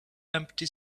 empty